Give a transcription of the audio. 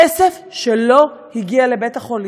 כסף שלא הגיע לבית-החולים.